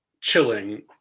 chilling